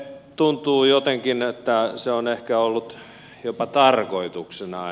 tuntuu jotenkin että se on ehkä ollut jopa tarkoituksena